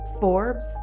Forbes